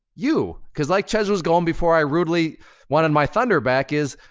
you. cause like chezz was going before i rudely wanted my thunder back, is,